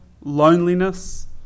loneliness